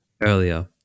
earlier